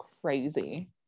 crazy